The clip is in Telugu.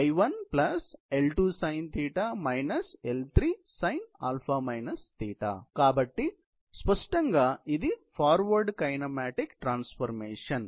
y y1 L2sinθ L3sin α −θ కాబట్టి స్పష్టంగా ఇది ఫార్వర్డ్ కైనమాటిక్ పరివర్తన